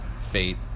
fate